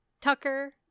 Tucker